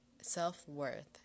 self-worth